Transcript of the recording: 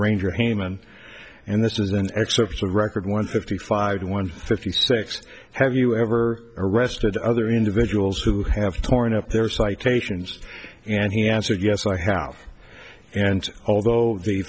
ranger hammon and this is an excerpt of record one fifty five one fifty six have you ever arrested other individuals who have torn up their citations and he answered yes i have and although